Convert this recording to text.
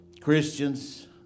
Christians